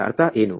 ಇದರ ಅರ್ಥ ಏನು